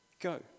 Go